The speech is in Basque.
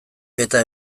eta